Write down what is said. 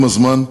עם הזמן,